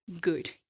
good